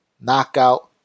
knockout